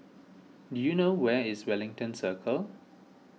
do you know where is Wellington Circle